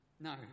No